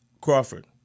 Crawford